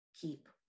keep